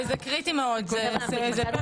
זה מאוד